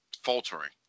faltering